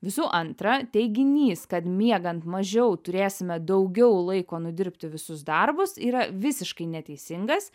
visų antra teiginys kad miegant mažiau turėsime daugiau laiko nudirbti visus darbus yra visiškai neteisingas